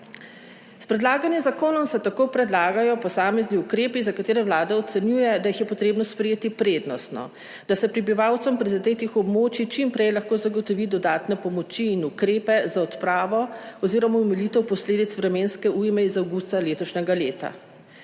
S predlaganim zakonom se tako predlagajo posamezni ukrepi, za katere Vlada ocenjuje, da jih je potrebno sprejeti prednostno, da se prebivalcem prizadetih območij čim prej lahko zagotovi dodatne pomoči in ukrepe za odpravo oz. omilitev posledic vremenske ujme iz avgusta letošnjega leta.